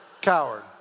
coward